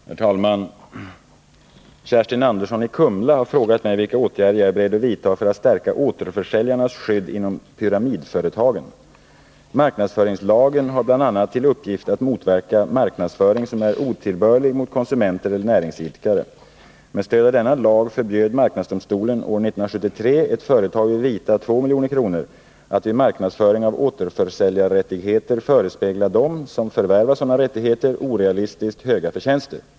Herr talman! Kerstin Andersson i Kumla har frågat mig vilka åtgärder jag är beredd att vidta för att stärka återförsäljarnas skydd inom pyramidföretagen. Marknadsföringslagen har bl.a. till uppgift att motverka marknadsföring som är otillbörlig mot konsumenter eller näringsidkare. Med stöd av denna lag förbjöd marknadsdomstolen år 1973 ett företag vid vite av 2 milj .kr. att vid marknadsföring av återförsäljarrättigheter förespegla dem som förvärvar sådana rättigheter orealistiskt höga förtjänster.